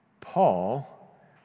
Paul